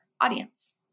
audience